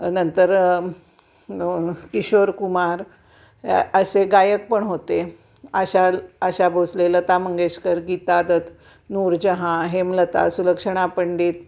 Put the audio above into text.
नंतर किशोरकुमार हे असे गायक पण होते आशा आशा भोसले लता मंगेशकर गीता दत्त नूरजहाँ हेमलता सुलक्षणा पंडित